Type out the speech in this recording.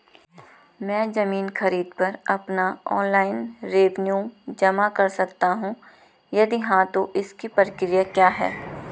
मैं ज़मीन खरीद पर अपना ऑनलाइन रेवन्यू जमा कर सकता हूँ यदि हाँ तो इसकी प्रक्रिया क्या है?